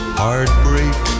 heartbreak